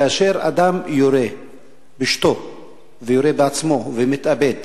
כאשר אדם יורה באשתו ויורה בעצמו, מתאבד,